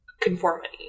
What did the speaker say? conformity